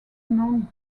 known